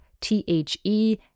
T-H-E